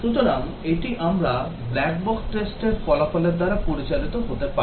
সুতরাং এটি আমরা black box test র ফলাফলের দ্বারা পরিচালিত হতে পারি